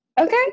okay